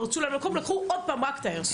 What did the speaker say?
פרצו להם למקום ועוד פעם לקחו רק את האיירסופט.